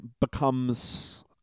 becomes